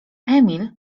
emil